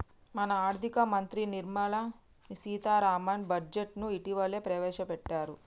మన ఆర్థిక మంత్రి నిర్మల సీతారామన్ బడ్జెట్ను ఇటీవలనే ప్రవేశపెట్టారు